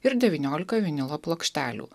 ir devyniolika vinilo plokštelių